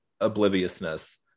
obliviousness